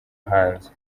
hanze